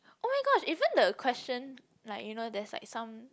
oh my god even the question like you know there's like some